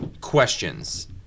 questions